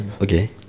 okay